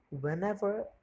Whenever